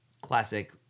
classic